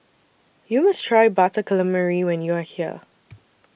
YOU must Try Butter Calamari when YOU Are here